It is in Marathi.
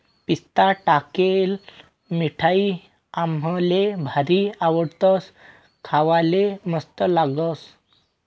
पिस्ता टाकेल मिठाई आम्हले भारी आवडस, खावाले मस्त लागस